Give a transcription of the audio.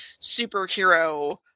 superhero